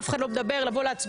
אף אחד לא מדבר, לבוא להצביע.